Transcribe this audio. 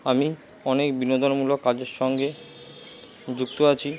আমি অনেক বিনোদনমূলক কাজের সঙ্গে যুক্ত আছি